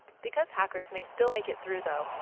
because hackers may still make it through, though,